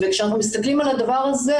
וכשאנחנו מסתכלים על הדבר הזה,